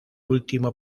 último